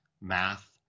math